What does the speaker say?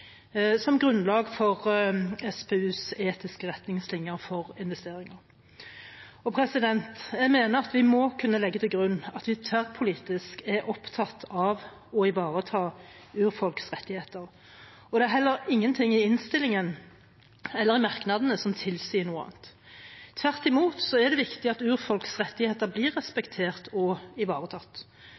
som grunnlag for SPUs etiske retningslinjer for investeringer. Jeg mener at vi må kunne legge til grunn at vi tverrpolitisk er opptatt av å ivareta urfolks rettigheter, og det er heller ingenting i innstillingen eller i merknadene som tilsier noe annet. Tvert imot er det viktig at urfolks rettigheter blir respektert og ivaretatt.